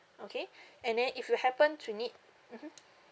okay and then if you happen to need mmhmm